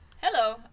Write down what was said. Hello